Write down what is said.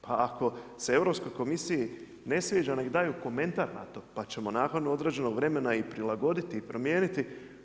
Pa ako se Europskoj komisiji ne sviđa nek' daju komentar na to, pa ćemo nakon određenog vremena i prilagoditi i promijeniti.